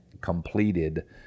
completed